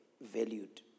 valued